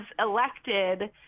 elected